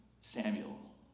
Samuel